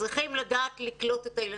שצריכים לדעת לקלוט את הילדים,